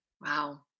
Wow